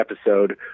episode